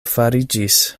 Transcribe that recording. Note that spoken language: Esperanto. fariĝis